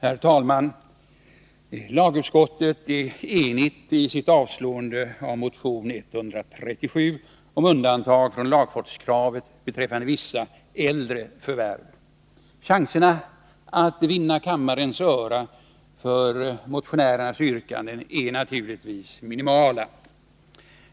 Herr talman! Lagutskottet är enigt i sitt avslagsyrkande på motion 137 om undantag från lagfartskravet beträffande vissa äldre förvärv. Chanserna att vinna kammarens öra för motionärernas yrkanden är naturligtvis minimala.